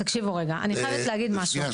תקשיבו רגע, אני חייבת להגיד משהו.